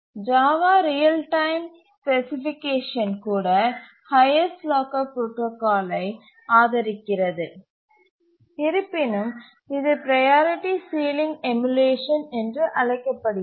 Java real time specification கூட highest locker புரோடாகாலை ஆதரிக்கிறது இருப்பினும் இது ப்ரையாரிட்டி சீலிங் எமுலேஷன் என்று அழைக்கப்படுகிறது